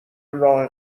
راه